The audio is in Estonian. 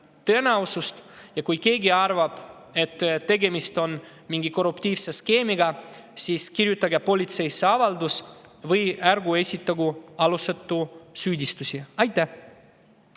tõenäosust. Ja kui keegi arvab, et tegemist on mingi korruptiivse skeemiga, siis kirjutagu politseisse avaldus või ärgu esitagu alusetuid süüdistusi. Suur